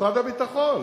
ממשרד הביטחון.